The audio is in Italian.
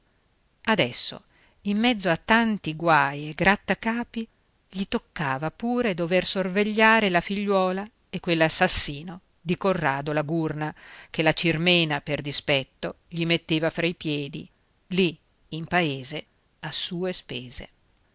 adesso in mezzo a tanti guai e grattacapi gli toccava pure dover sorvegliare la figliuola e quell'assassino di corrado la gurna che la cirmena per dispetto gli metteva fra i piedi lì in paese a spese